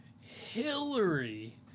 Hillary